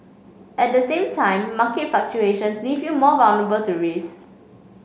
at the same time market fluctuations leave you more vulnerable to risk